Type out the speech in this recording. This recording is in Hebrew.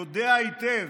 יודע היטב,